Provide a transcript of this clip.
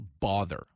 bother